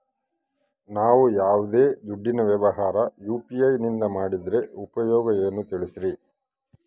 ನಾವು ಯಾವ್ದೇ ದುಡ್ಡಿನ ವ್ಯವಹಾರ ಯು.ಪಿ.ಐ ನಿಂದ ಮಾಡಿದ್ರೆ ಉಪಯೋಗ ಏನು ತಿಳಿಸ್ರಿ?